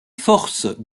forces